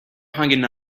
hanging